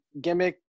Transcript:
gimmick